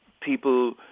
people